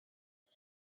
and